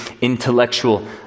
intellectual